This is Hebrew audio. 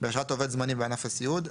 באשרת עובד זמני בענף הסיעוד,